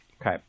Okay